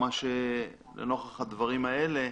לנוכח הדברים הללו,